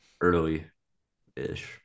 early-ish